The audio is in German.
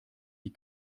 die